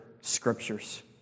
scriptures